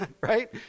right